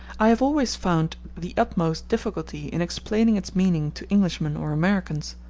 i have always found the utmost difficulty in explaining its meaning to englishmen or americans.